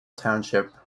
township